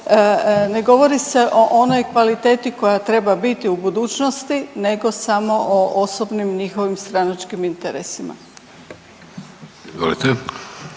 ne govori se o onoj kvaliteti koja treba biti u budućnosti nego samo o osobnim njihovim stranačkim interesima.